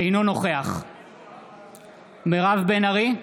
אינו נוכח מירב בן ארי,